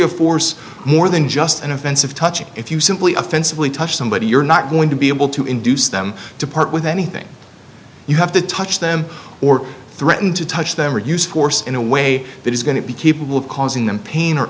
of force more than just an offensive touching if you simply offensively touch somebody you're not going to be able to induce them to part with anything you have to touch them or threaten to touch them or use force in a way that is going to be capable of causing them pain